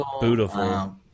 beautiful